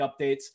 updates